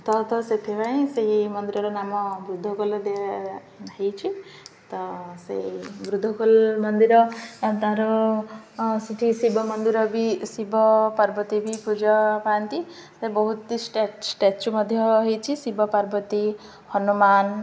ତ ତ ସେଥିପାଇଁ ସେଇ ମନ୍ଦିରର ନାମ ବୃଦ୍ଧଖୋଲ ଦେ ହେଇଛିି ତ ସେଇ ବୃଦ୍ଧଖୋଲ ମନ୍ଦିର ତା'ର ସେଠି ଶିବ ମନ୍ଦିର ବି ଶିବ ପାର୍ବତୀ ବି ପୂଜା ପାଆନ୍ତି ସେ ବହୁତ ଷ୍ଟାଚୁ ମଧ୍ୟ ହେଇଛିି ଶିବ ପାର୍ବତୀ ହନୁମାନ